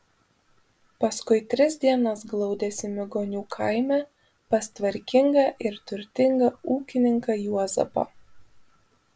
paskui tris dienas glaudėsi migonių kaime pas tvarkingą ir turtingą ūkininką juozapą